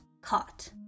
caught